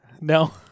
No